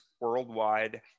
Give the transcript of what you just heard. worldwide